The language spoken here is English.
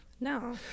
no